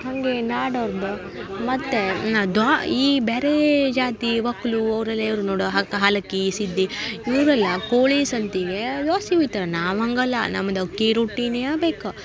ಹಾಗೆ ನಾಡೋರ್ದು ಮತ್ತು ದ್ವಾ ಈ ಬೇರೆ ಜಾತಿ ಒಕ್ಲು ಅವರೆಲ್ಲ ಇವ್ರನ್ನು ನೋಡಿ ಹಕ್ ಹಾಲಕ್ಕಿ ಸಿದ್ದಿ ಇವರೆಲ್ಲ ಕೋಳಿ ಸಂತಿಗೆ ದ್ವಾಸೆ ಹುಯ್ತರ್ ನಾವು ಹಂಗಲ್ಲ ನಮ್ದು ಅಕ್ಕಿ ರೊಟ್ಟಿನೆಯ ಬೇಕು